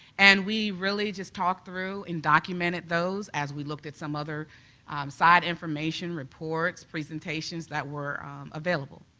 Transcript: and we really just talked through and documented those as we looked at some other side information, reports, presentations that were available.